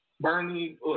Bernie